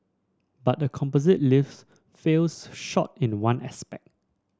but the composite lift falls short in one aspect